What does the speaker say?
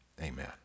amen